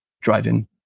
driving